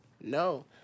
No